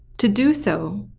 to do so,